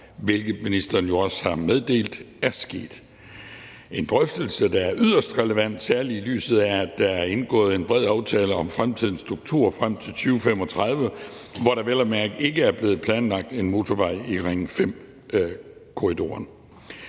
hvilket ministeren jo også har meddelt er sket. Det er en drøftelse, der er yderst relevant, særlig i lyset af at der er indgået en bred aftale om fremtidens struktur frem til 2035, hvor der vel at mærke ikke er blevet planlagt en motorvej i Ring 5-korridoren.